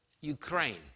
Ukraine